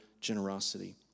generosity